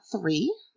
three